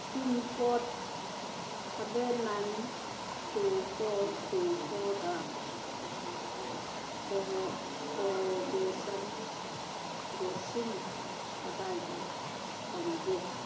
pincode seven nine two four two ꯐꯣꯔꯗ ꯀꯣꯕꯦꯁꯟ vaccine ꯀꯗꯥꯏꯗ ꯐꯪꯒꯦ